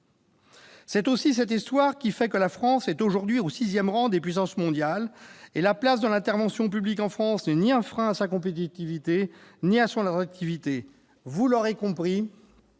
C'est aussi cette histoire qui fait que la France figure aujourd'hui au sixième rang des puissances mondiales ; la place de l'intervention publique n'est un frein ni à sa compétitivité ni à son attractivité. Vous l'aurez compris,